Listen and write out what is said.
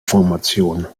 formation